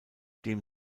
dem